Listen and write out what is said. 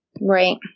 Right